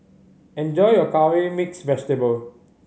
enjoy your Curry Mixed Vegetable